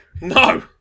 No